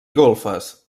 golfes